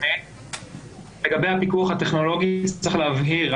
לגבי הפיקוח הטכנולוגי צריך להבהיר,